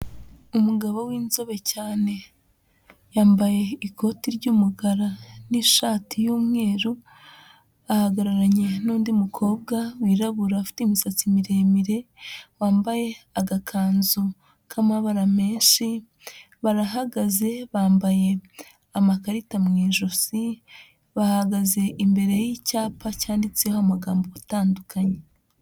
Umugabo w'inzobe cyane yambaye ikoti ry'umukara n'ishati y'umweru, ahagararanye n'undi mukobwa wirabura ufite imisatsi miremire wambaye agakanzu k'amabara menshi, barahagaze bambaye amakarita mu ijosi, bahagaze imbere y'icyapa cyanditseho amagambo atandukanye.